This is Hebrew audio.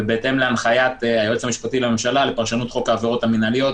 ובהתאם להנחיית היועץ המשפט לממשלה לפרשנות חוק העבירות המנהליות,